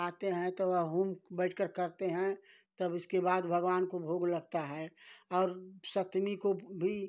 आते हैं तो होम बैठ कर करते हैं तब इसके बाद भगवान को भोग लगता है और सतमी को भी